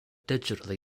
digitally